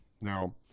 Now